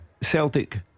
Celtic